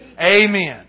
Amen